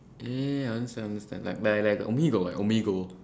ya ya I understand I understand like omegle like omegle